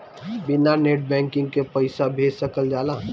बिना net banking के पईसा भेज सकल जाला?